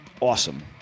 awesome